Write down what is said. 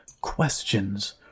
questions